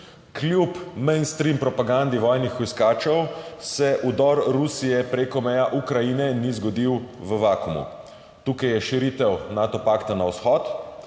Kljub mainstream propagandi vojnih hujskačev se vdor Rusije preko meja Ukrajine ni zgodil v vakuumu. Tukaj so širitev Nato pakta na vzhod,